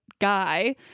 guy